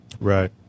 Right